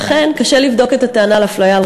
לכן קשה לבדוק את הטענה על אפליה על